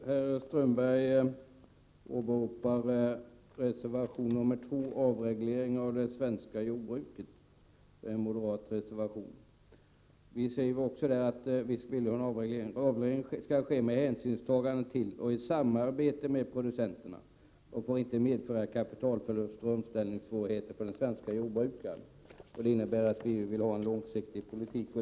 Herr talman! Håkan Strömberg åberopade reservation 2 om avreglering av det svenska jordbruket. Det är en moderat motion. Vi säger där: ”Avregleringen skall ske med hänsynstagande till och i samarbete med producenterna och får inte medföra kapitalförluster och omställningssvårigheter för den svenska jordbrukaren.” Det innebär att vi vill ha en långsiktig politik.